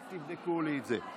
רק תבדקו לי את זה.